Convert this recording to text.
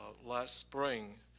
last spring,